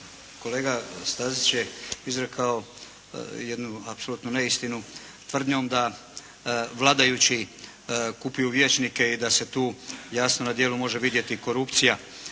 kolega Stazić je izrekao jednu apsolutnu neistinu tvrdnjom da vladajući kupuju vijećnike i da se tu jasno na djelu može vidjeti korupcija,